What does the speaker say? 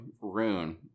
rune